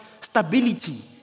stability